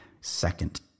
second